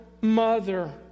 mother